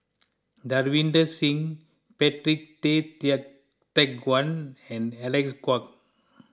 Davinder Singh Patrick Tay Teck Guan and Alec Kuok